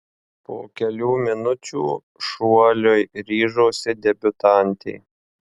po kelių minučių šuoliui ryžosi debiutantė